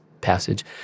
passage